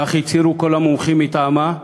כך הצהירו כל המומחים מטעמה,